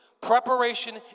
Preparation